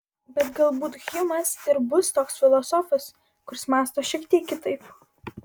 bet galbūt hjumas ir bus toks filosofas kuris mąsto šiek tiek kitaip